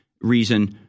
reason